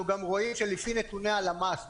אנחנו גם רואים שלפי נתוני הלמ"ס,